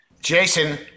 Jason